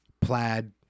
plaid